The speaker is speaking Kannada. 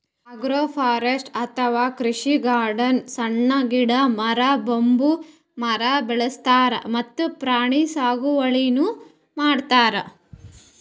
ಅಗ್ರೋಫಾರೆಸ್ರ್ಟಿ ಅಥವಾ ಕೃಷಿಕಾಡ್ನಾಗ್ ಸಣ್ಣ್ ಗಿಡ, ಮರ, ಬಂಬೂ ಮರ ಬೆಳಸ್ತಾರ್ ಮತ್ತ್ ಪ್ರಾಣಿ ಸಾಗುವಳಿನೂ ಮಾಡ್ತಾರ್